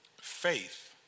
faith